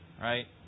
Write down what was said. Right